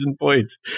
points